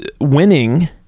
winning